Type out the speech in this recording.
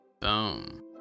Boom